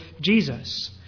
Jesus